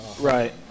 Right